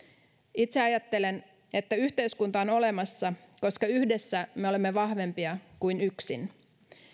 itse ajattelen että yhteiskunta on olemassa koska yhdessä me olemme vahvempia kuin yksin